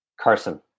Carson